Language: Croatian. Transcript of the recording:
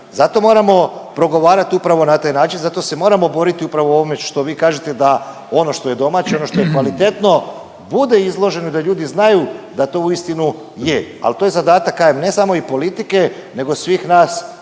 Zato moramo progovarati upravo na taj način, zato se moramo boriti upravo o ovome što vi kažete da ono što je domaće, ono što je kvalitetno bude izloženo i da ljudi znaju da to uistinu je, ali to je zadatak kažem ne samo i politike nego svih nas